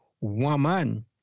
woman